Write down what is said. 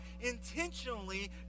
intentionally